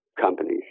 companies